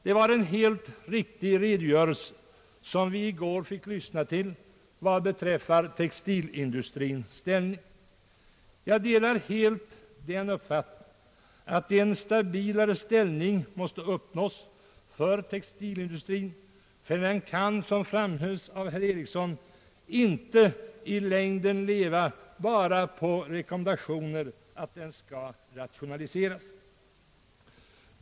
Det var en helt riktig redogörelse för textilindustrins ställning som vi i går fick lyssna till. Jag delar helt uppfattningen, att en stabilare ställning för textilindustrin måste uppnås, ty denna industri kan, som herr Ericsson framhöll, inte i längden leva bara på rekommendationer att den skall rationaliseras.